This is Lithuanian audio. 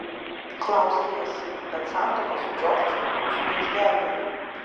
klausia jis bet santuoka su džordžu jūsų neišgelbėjo